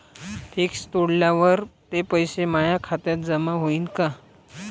Fix तोडल्यावर ते पैसे माया खात्यात जमा होईनं का?